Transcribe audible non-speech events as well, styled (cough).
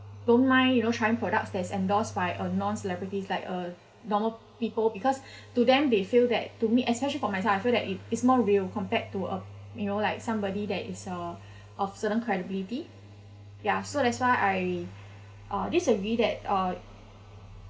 don't mind you know trying products that is endorsed by a non celebrities like uh normal people because (breath) to them they feel that to me especially for myself I feel that it is more real compared to uh you know like somebody that is uh of certain credibility ya so that's why I uh disagree that uh